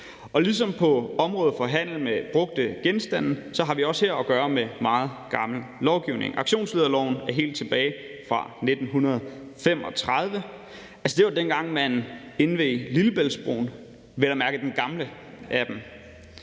og ligesom på området for handel med brugte genstande, har vi også her at gøre med meget gammel lovgivning. Også auktionslederloven er helt tilbage fra 1935. Det var, dengang man indviede Lillebæltsbroen, vel at mærke den gamle af dem.